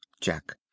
Jack